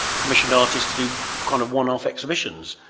commissioned art has to do kind of one off exhibitions.